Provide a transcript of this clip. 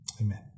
amen